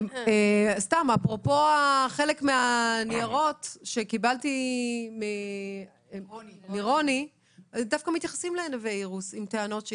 חלק מהניירות שקיבלתי מרוני מתייחסים גם לנווה אירוס עם טענות.